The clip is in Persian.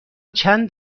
چند